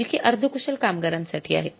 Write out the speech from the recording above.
जी कि अर्धकुशल कामगारांसाठी आहे